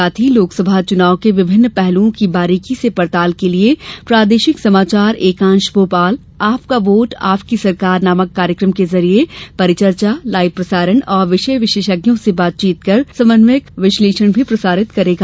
साथ ही लोकसभा चुनाव के विभिन्न पहलुओं की बारीकी से पड़ताल के लिये प्रादेशिक समाचार एकांश भोपाल आपका वोट आपकी सरकार नामक कार्यक्रम के जरिए परिचर्चा लाइव प्रसारण और विषय विशेषज्ञों से बातचीत कर सम्यक विश्लेषण भी प्रसारित करेगा